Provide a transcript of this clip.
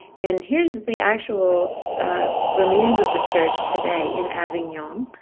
and here's the actual remains of the church today, in avignon,